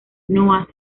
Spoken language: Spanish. noah